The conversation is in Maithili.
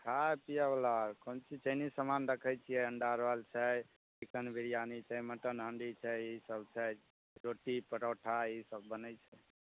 खाए पियैवला कोन चीज चाइनीज सामान रखै छियै अण्डा रोल छै चिकन बिरयानी छै मटन हाण्डी छै इसभ छै रोटी परोठा इसभ बनै छै